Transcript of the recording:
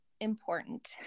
important